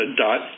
dot